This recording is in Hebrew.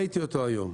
אני ראיתי אותו היום,